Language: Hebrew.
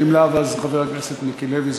חבר הכנסת מיקי לוי,